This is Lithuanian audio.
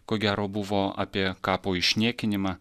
ko gero buvo apie kapo išniekinimą